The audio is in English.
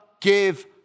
Give